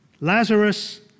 Lazarus